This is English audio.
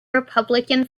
republican